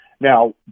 Now